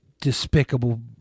despicable